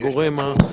יש.